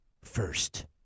First